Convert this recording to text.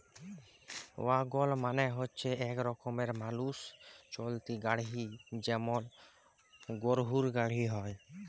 ওয়াগল মালে হচ্যে ইক রকমের মালুষ চালিত গাড়হি যেমল গরহুর গাড়হি হয়